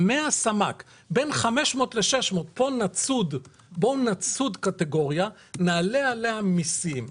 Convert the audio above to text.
בין 500 ל-600 בוא נצוד קטגוריה, נעלה עליה מסים.